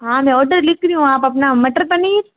हाँ मैं ऑर्डर लिख रही हूँ आप अपना मटर पनीर